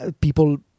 people